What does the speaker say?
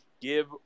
give